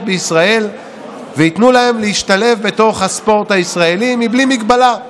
בישראל וייתנו להם להשתלב בתוך הספורט הישראלי בלי מגבלה.